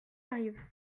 arrive